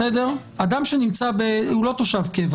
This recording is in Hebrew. הוא לא תושב קבע,